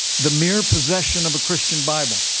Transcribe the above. the mere possession of a christian bible